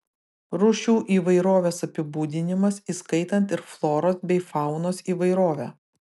rūšių įvairovės apibūdinimas įskaitant ir floros bei faunos įvairovę